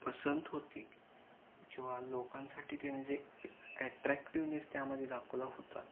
पसंत होते किंवा लोकांसाठी त्याने जे ॲट्रॅक्टिवनेस त्यामध्ये दाखवला होता